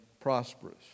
prosperous